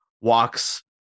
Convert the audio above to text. walks